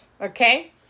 okay